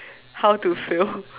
how to fail